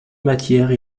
matières